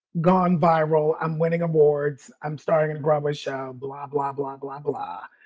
gone viral. i'm winning awards. i'm starring in a broadway show. blah, blah, blah, blah, blah.